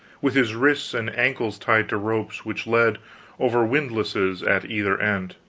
with his wrists and ankles tied to ropes which led over windlasses at either end.